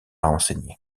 enseigner